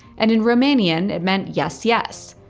and in romanian it meant yes yes.